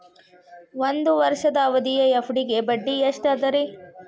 ಒಂದ್ ವರ್ಷದ ಅವಧಿಯ ಎಫ್.ಡಿ ಗೆ ಬಡ್ಡಿ ಎಷ್ಟ ಅದ ರೇ?